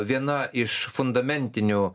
viena iš fundamentinių